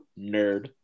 nerd